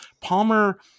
Palmer